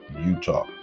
Utah